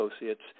associates